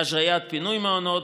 (ה) השהיית פינוי מהמעונות,